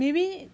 maybe